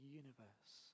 universe